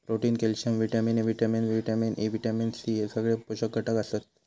protein, calcium, vitamin A, vitamin B, vitamin E, vitamin C हे सगळे पोषक घटक आसत